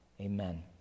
Amen